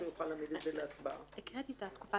אנחנו נוסיף הגדרות כקיר מבנה